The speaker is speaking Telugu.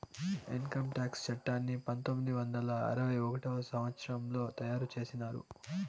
ఇన్కంటాక్స్ చట్టాన్ని పంతొమ్మిది వందల అరవై ఒకటవ సంవచ్చరంలో తయారు చేసినారు